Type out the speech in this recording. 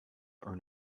earn